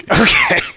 Okay